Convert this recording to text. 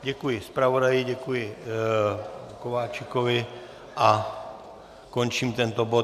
Děkuji zpravodaji, děkuji panu Kováčikovi a končím tento bod.